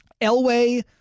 Elway